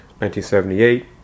1978